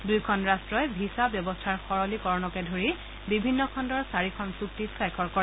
দুয়োখন ৰাট্টই ভিছা ব্যৱস্থাৰ সৰলীকৰণকে ধৰি বিভিন্ন খণুৰ চাৰিখন চুক্তিত স্বাক্ষৰ কৰে